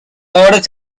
ahora